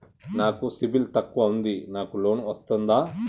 నాకు సిబిల్ తక్కువ ఉంది నాకు లోన్ వస్తుందా?